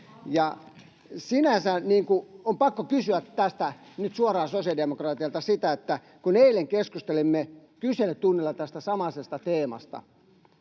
Sinänsä on pakko kysyä tätä nyt suoraan sosiaalidemokraateilta, kun eilenkin keskustelimme kyselytunnilla tästä samaisesta teemasta,